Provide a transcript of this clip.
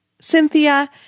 Cynthia